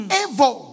evil